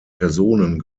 personen